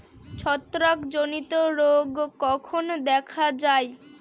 ছত্রাক জনিত রোগ কখন দেখা য়ায়?